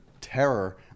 terror